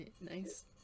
nice